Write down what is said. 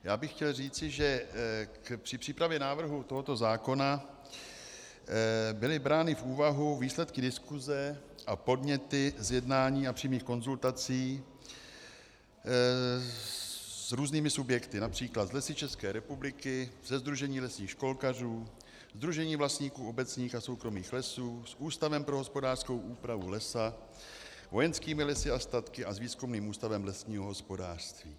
Já bych chtěl říci, že při přípravě návrhu tohoto zákona byly brány v úvahu výsledky diskuse a podněty z jednání a přímých konzultací s různými subjekty, například s Lesy České republiky, se Sdružením lesních školkařů, se Sdružením vlastníků obecních a soukromých lesů, s Ústavem pro hospodářskou úpravu lesa, s Vojenskými lesy a statky a s Výzkumným ústavem lesního hospodářství.